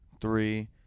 three